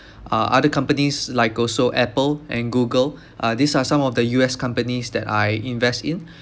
uh other companies like also apple and google uh these are some of the U_S companies that I invest in